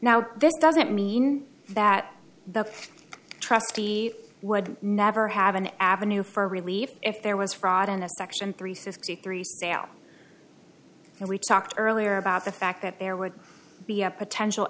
now this doesn't mean that the trustee would never have an avenue for relief if there was fraud in a section three sixty three sale and we talked earlier about the fact that there would be a potential